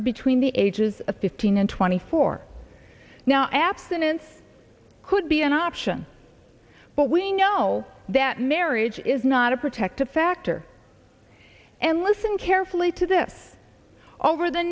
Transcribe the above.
are between the ages of fifteen and twenty four now abstinence could be an option but we know that marriage is not a protective factor and listen carefully to this over the